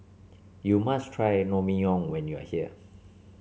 you must try Ramyeon when you are here